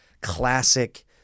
classic